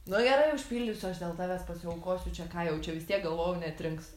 nu gerai užpildysiu aš dėl tavęs pasiaukosiu čia ką jau čia vis tiek galvojau neatrinks